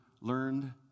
learned